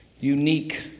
unique